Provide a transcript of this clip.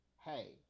hey